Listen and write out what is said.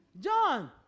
John